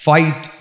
Fight